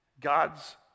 God's